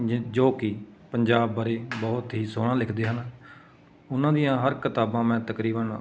ਜ ਜੋ ਕਿ ਪੰਜਾਬ ਬਾਰੇ ਬਹੁਤ ਹੀ ਸੋਹਣਾ ਲਿਖਦੇ ਹਨ ਉਹਨਾਂ ਦੀਆਂ ਹਰ ਕਿਤਾਬਾਂ ਮੈਂ ਤਕਰੀਬਨ